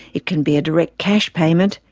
it can be a direct cash payment,